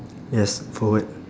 yes forward